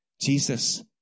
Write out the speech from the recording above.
Jesus